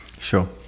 Sure